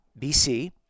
BC